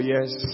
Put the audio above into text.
Yes